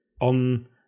on